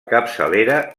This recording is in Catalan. capçalera